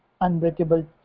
unbreakable